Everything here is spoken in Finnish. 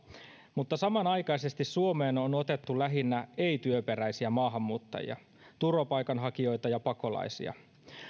mutta samanaikaisesti suomeen on otettu lähinnä ei työperäisiä maahanmuuttajia turvapaikanhakijoita ja pakolaisia